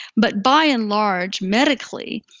but by and large medically,